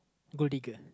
goody girl